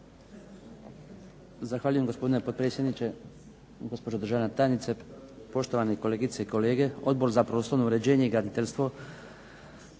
Zahvaljujem gospodine potpredsjedniče, gospođo državna tajnice, poštovani kolegice i kolege. Odbor za prostorno uređenje i graditeljstvo